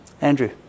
Andrew